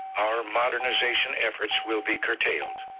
our modernisation efforts will be curtailed.